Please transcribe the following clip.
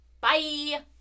bye